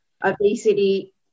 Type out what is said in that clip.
obesity